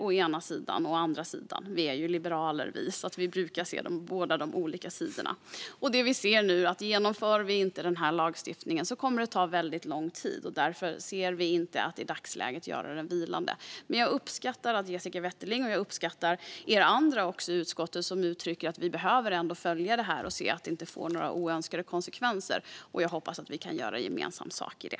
Å andra sidan är vi liberaler, och vi brukar kunna se båda sidorna. Om vi inte genomför denna lagstiftning nu kommer det att ta väldigt lång tid. Därför vill vi inte i dagsläget göra den vilande. Men jag uppskattar att Jessica Wetterling och andra i utskottet ändå uttrycker att vi behöver följa detta och se till att det inte får oönskade konsekvenser. Jag hoppas att vi kan göra gemensam sak i det.